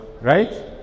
right